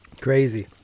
Crazy